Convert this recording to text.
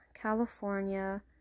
California